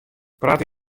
prate